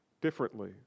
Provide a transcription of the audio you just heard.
differently